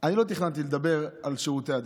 מתן, אני לא תכננתי לדבר על שירותי הדת.